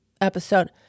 episode